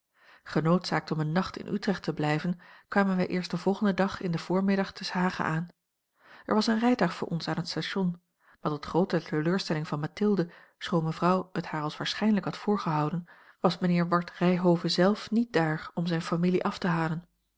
genoodzaakt om een nacht in utrecht te blijven kwamen a l g bosboom-toussaint langs een omweg wij eerst den volgenden dag in den voormiddag te s hage aan er was een rijtuig voor ons aan het station maar tot groote teleurstelling van mathilde schoon mevrouw het haar als waarschijnlijk had voorgehouden was mijnheer ward ryhove zelf niet daar om zijne familie af te halen